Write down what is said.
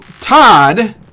Todd